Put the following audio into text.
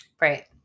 Right